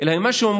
אלא את מה שאומר